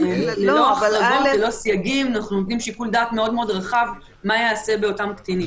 ללא הסייגים אנחנו נותנים שיקול דעת מאוד רחב מה ייעשה באותם קטינים.